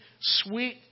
sweet